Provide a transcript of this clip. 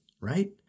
right